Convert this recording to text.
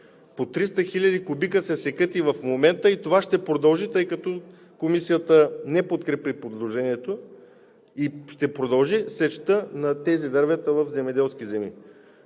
По 300 хиляди кубика се секат и в момента и това ще продължи, тъй като Комисията не подкрепи предложението. Ще продължи сечта на тези дървета в земеделски земи.